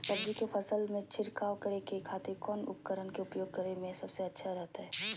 सब्जी के फसल में छिड़काव करे के खातिर कौन उपकरण के उपयोग करें में सबसे अच्छा रहतय?